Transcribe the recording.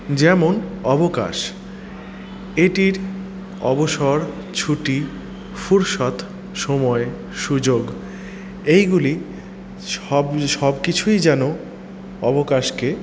যেমন অবকাশ এটির অবসর ছুটি ফুরসত সময় সুযোগ এইগুলির সব সবকিছুই যেন অবকাশকে